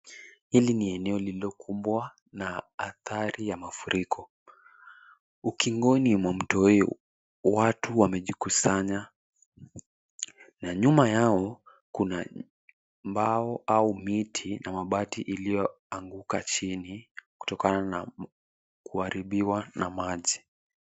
Hili ni eneo lililokumbwa na athari ya mafuriko. Ukingoni mwa mto hii watu wamejikusanya na nyuma yao kuna mbao au miti na mabati iliyoanguka chini kutokana na kuharibiwa na maji.